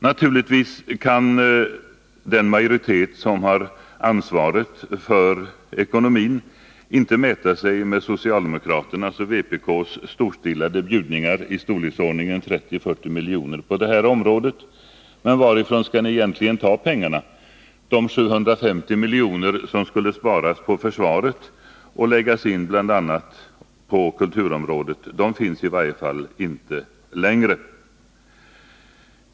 Naturligtvis kan den majoritet som har ansvaret för ekonomin inte mäta sig med socialdemokraternas och vpk:s storstilade bjudningar i storleksordningen 30-40 milj.kr. på det här området. Varifrån skall ni egentligen ta pengarna? De 750 miljoner som skulle sparas på försvaret och läggas in bl.a. på kulturområdet finns i varje fall inte längre.